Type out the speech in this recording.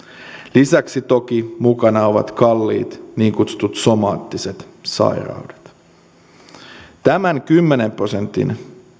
lisäksi toki mukana ovat kalliit niin kutsutut somaattiset sairaudet tämän kymmenen prosentin